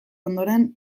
ondoren